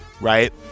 right